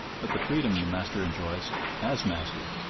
but the freedom the master enjoys as master.